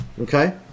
Okay